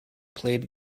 played